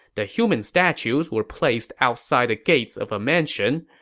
the human statues were placed outside the gates of a mansion.